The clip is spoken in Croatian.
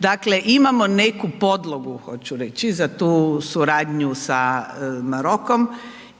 dakle, imamo neku podlogu, hoću reći, za tu suradnju sa Marokom